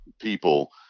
people